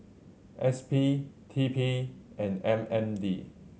S P T P and M N D